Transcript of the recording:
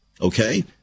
Okay